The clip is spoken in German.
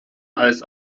als